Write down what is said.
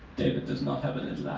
david does not have a